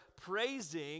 praising